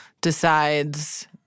decides—